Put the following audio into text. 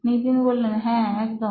নিতিন হ্যাঁ একদম